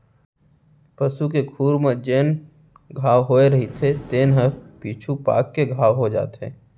पसू के खुर म जेन घांव होए रइथे तेने ह पीछू पाक के घाव हो जाथे